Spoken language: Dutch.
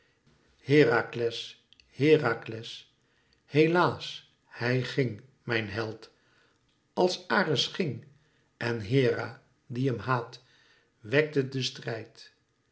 herakles herakles helaas hij ging mijn held als ares ging en hera die hem haat wekte den strijd